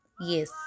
Yes